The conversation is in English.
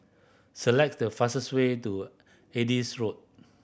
select the fastest way to Adis Road